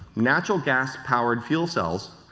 natural gas powered fuel cells.